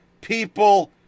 people